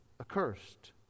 Accursed